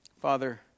Father